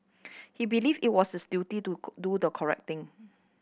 he believed it was his duty to do the correct thing